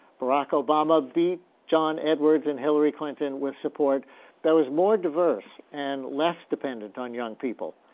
barack obama beat john edwards and hillary clinton with support that was more diverse and less dependent on young people.